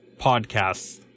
podcasts